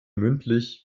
mündlich